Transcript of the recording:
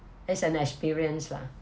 it's an experience lah